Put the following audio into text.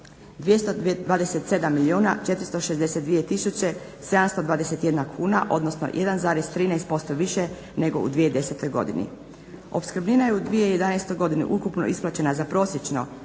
tisuće 721 kuna odnosno 1,13% više nego u 2010. godini. Opskrbnina je u 2011. godini ukupno isplaćena za prosječno